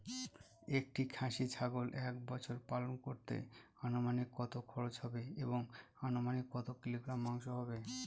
একটি খাসি ছাগল এক বছর পালন করতে অনুমানিক কত খরচ হবে এবং অনুমানিক কত কিলোগ্রাম মাংস হবে?